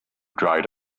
dried